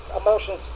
emotions